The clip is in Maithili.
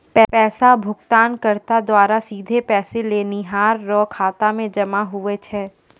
पैसा भुगतानकर्ता द्वारा सीधे पैसा लेनिहार रो खाता मे जमा हुवै छै